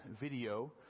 video